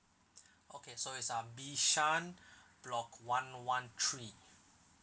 okay so it's um bishan block one one three